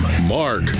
Mark